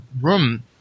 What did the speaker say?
room